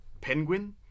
Penguin